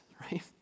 right